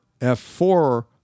F-4